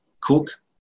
Cook